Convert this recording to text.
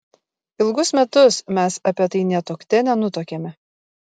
ilgus metus mes apie tai nė tuokte nenutuokėme